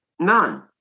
None